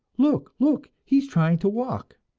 look, look, he is trying to walk!